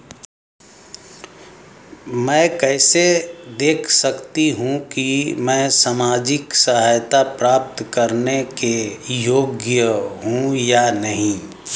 मैं कैसे देख सकती हूँ कि मैं सामाजिक सहायता प्राप्त करने के योग्य हूँ या नहीं?